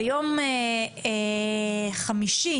ביום חמישי